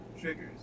triggers